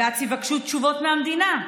בג"ץ יבקשו תשובות מהמדינה.